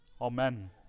Amen